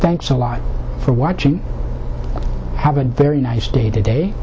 thanks a lot for watching have a very nice day today